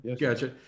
Gotcha